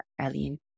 Eileen